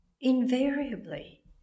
Invariably